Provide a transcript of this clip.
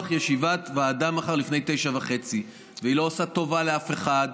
ישיבת ועדה מחר לפני 09:30. היא לא עושה טובה לאף אחד.